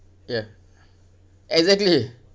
ya exactly